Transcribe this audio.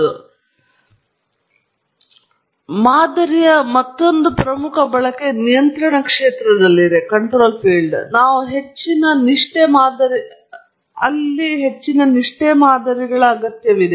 ಅಲ್ಲಿ ಅಂತಹ ಅನ್ವಯಗಳಲ್ಲಿ ಇದು ನಿಯಂತ್ರಣದಲ್ಲಿದೆ ನಾವು ಹೆಚ್ಚಿನ ನಿಷ್ಠೆ ಮಾದರಿಗಳ ಅಗತ್ಯವಿಲ್ಲ